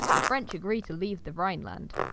the french agreed to leave the rhineland.